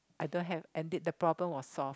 I don't have and did the problem was solve